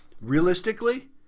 realistically